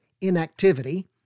inactivity